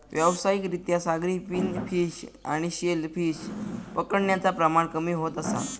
व्यावसायिक रित्या सागरी फिन फिश आणि शेल फिश पकडण्याचा प्रमाण कमी होत असा